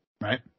right